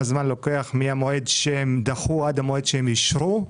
זמן לוקח מהמועד שהם דחו עד המועד שהם אישרו.